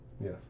Yes